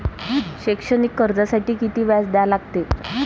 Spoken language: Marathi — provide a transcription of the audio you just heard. शैक्षणिक कर्जासाठी किती व्याज द्या लागते?